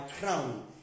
crown